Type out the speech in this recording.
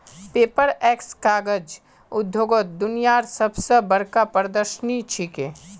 Paperex कागज उद्योगत दुनियार सब स बढ़का प्रदर्शनी छिके